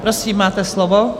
Prosím, máte slovo.